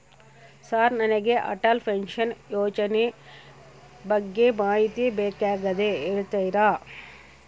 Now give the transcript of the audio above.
Sir ನನಗೆ Atal pension ಯೋಜನೆ ಬಗ್ಗೆ ಮಾಹಿತಿ ಬೇಕಾಗ್ಯದ ಹೇಳ್ತೇರಾ?